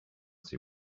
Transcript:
see